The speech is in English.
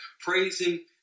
praising